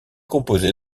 composé